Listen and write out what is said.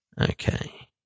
Okay